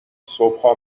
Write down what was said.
صبحها